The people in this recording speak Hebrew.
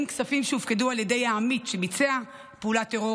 אם כספים שהופקדו על ידי העמית שביצע פעולת טרור